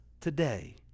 today